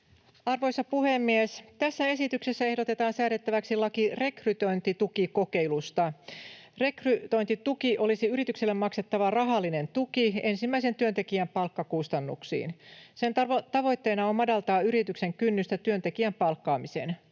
Arvoisa puhemies! Tässä esityksessä ehdotetaan säädettäväksi laki rekrytointitukikokeilusta. Rekrytointituki olisi yritykselle maksettava rahallinen tuki ensimmäisen työntekijän palkkakustannuksiin. Sen tavoitteena on madaltaa yrityksen kynnystä työntekijän palkkaamiseen.